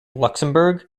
luxembourg